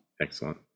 Excellent